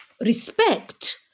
respect